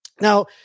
Now